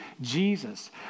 Jesus